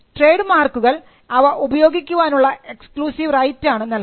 trade മാർക്കുകൾ അവ ഉപയോഗിക്കാനുള്ള എക്സ്ക്ലൂസീവ് റൈറ്റാണ് നൽകുന്നത്